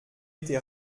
été